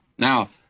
Now